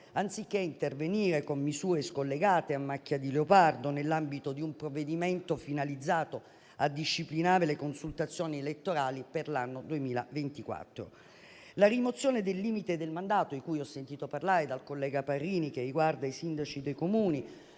anziché intervenire con misure scollegate, a macchia di leopardo, nell'ambito di un provvedimento finalizzato a disciplinare le consultazioni elettorali per l'anno 2024. La rimozione del limite del mandato, di cui ho sentito parlare dal collega Parrini, che riguarda i sindaci dei Comuni